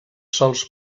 sòls